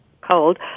cold